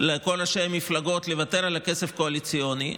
לכל ראשי המפלגות לוותר על כסף קואליציוני.